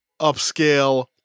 upscale